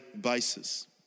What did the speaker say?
basis